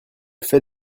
fait